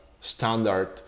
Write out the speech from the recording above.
standard